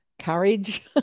courage